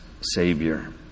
savior